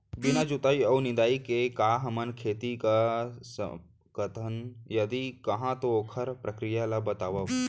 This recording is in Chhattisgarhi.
बिना जुताई अऊ निंदाई के का हमन खेती कर सकथन, यदि कहाँ तो ओखर प्रक्रिया ला बतावव?